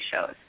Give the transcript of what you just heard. shows